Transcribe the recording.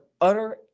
utter